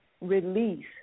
release